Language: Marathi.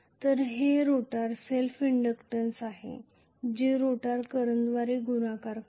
तर हे रोटर सेल्फ इंडक्टन्स आहे जे रोटर करंटद्वारे गुणाकार करते